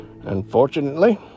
Unfortunately